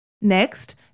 Next